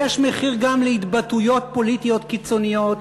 יש מחיר גם להתבטאויות פוליטיות קיצוניות,